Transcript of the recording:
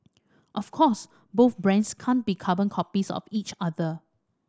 of course both brands can't be carbon copies of each other